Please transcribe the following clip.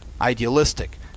idealistic